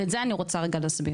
ואת זה אני רוצה רגע להסביר.